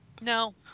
No